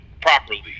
properly